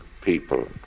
people